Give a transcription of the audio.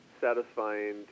satisfying